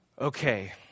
Okay